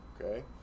Okay